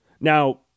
Now